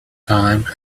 time